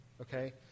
Okay